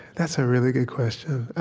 that's a really good question.